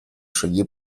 шаги